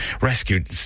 rescued